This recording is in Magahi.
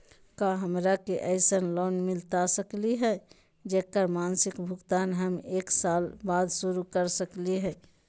का हमरा के ऐसन लोन मिलता सकली है, जेकर मासिक भुगतान हम एक साल बाद शुरू कर सकली हई?